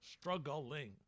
Struggling